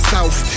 South